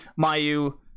Mayu